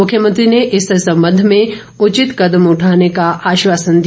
मुख्यमंत्री ने इस संबंध में उचित कदम उठाने का आश्वासन दिया